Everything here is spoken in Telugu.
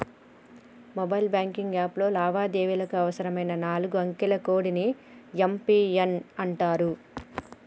మొబైల్ బ్యాంకింగ్ యాప్లో లావాదేవీలకు అవసరమైన నాలుగు అంకెల కోడ్ ని యం.పి.ఎన్ అంటరు